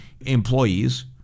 employees